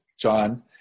John